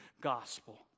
gospel